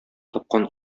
тапкан